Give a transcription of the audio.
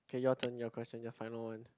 okay your turn your question your final one